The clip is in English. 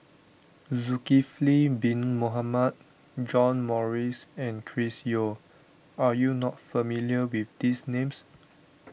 Zulkifli Bin Mohamed John Morrice and Chris Yeo are you not familiar with these names